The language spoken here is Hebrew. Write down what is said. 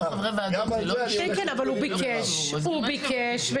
שם ברור לי שלקחת בחשבון מאפיינים מסוימים,